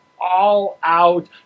all-out